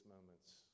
moments